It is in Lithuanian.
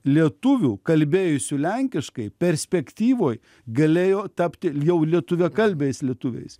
lietuvių kalbėjusių lenkiškai perspektyvoj galėjo tapti jau lietuviakalbiais lietuviais